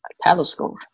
telescope